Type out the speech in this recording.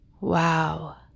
wow